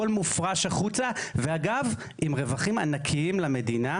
הכול מופרש החוצה, ואגב, עם רווחים ענקיים למדינה